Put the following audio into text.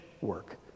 work